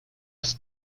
his